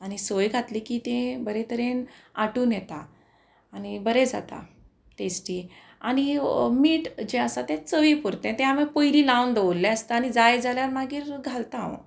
आनी सोय घातली की तें बरें तरेन आटून येता आनी बरें जाता टेस्टी आनी मीठ जें आसा तें चवी पुरतें तें आमी पयली लावन दवरलें आसता आनी जाय जाल्यार मागीर घालता हांव